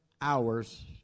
hours